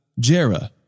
Jera